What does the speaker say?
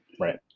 right